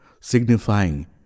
signifying